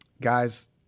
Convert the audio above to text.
guys